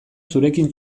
zurekin